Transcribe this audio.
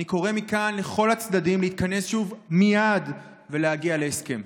אני קורא מכאן לכל הצדדים להתכנס שוב מייד ולהגיע להסכם.